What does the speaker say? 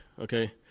Okay